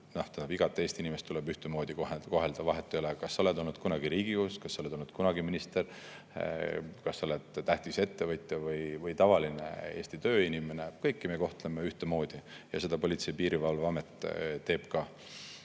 igat Eesti inimest tuleb ühtemoodi kohelda, vahet ei ole, kas sa oled olnud kunagi Riigikogus, kas sa oled olnud kunagi minister, kas sa oled tähtis ettevõtja või tavaline Eesti tööinimene. Kõiki me kohtleme ühtemoodi ja seda Politsei- ja Piirivalveamet teeb ka.